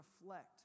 reflect